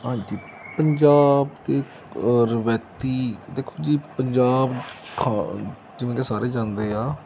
ਹਾਂਜੀ ਪੰਜਾਬ ਦੀ ਰਵਾਇਤੀ ਦੇਖੋ ਜੀ ਪੰਜਾਬ ਜਿਵੇਂ ਕਿ ਸਾਰੇ ਜਾਣਦੇ ਆ